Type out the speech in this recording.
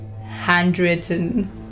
handwritten